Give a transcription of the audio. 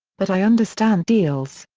but i understand deals,